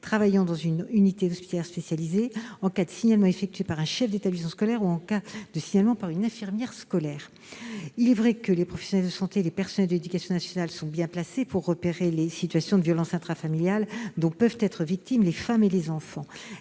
travaillant dans une unité hospitalière spécialisée, par un chef d'établissement scolaire ou par une infirmière scolaire. Il est vrai que les professionnels de santé et les personnels de l'éducation nationale sont bien placés pour repérer les situations de violences intrafamiliales, dont peuvent être victimes les femmes et les enfants.